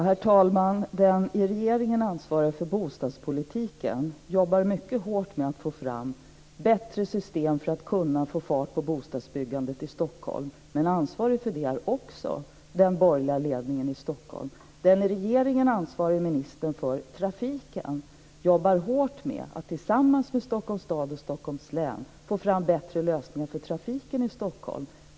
Herr talman! Den i regeringen ansvariga för bostadspolitiken jobbar mycket hårt med att få fram bättre system för att kuna få fart på bostadsbyggandet i Stockholm. Men ansvarig för detta är också den borgerliga ledningen i Stockholm. Den i regeringen ansvariga ministern för trafiken jobbar hårt med att tillsammans med Stockholms stad och Stockholms län få fram bättre lösningar för trafiken i Stockholm.